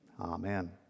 Amen